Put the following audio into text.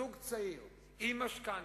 זוג צעיר עם משכנתה,